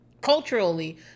culturally